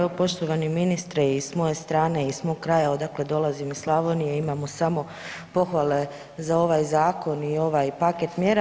Evo poštovani ministre i s moje strane i iz mog kraja odakle dolazim iz Slavonije imamo samo pohvale za ovaj zakon i ovaj paket mjera.